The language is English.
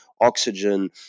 oxygen